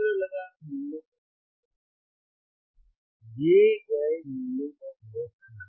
सूत्र लगाएं और मूल्यों को खोजें